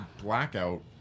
blackout